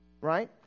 right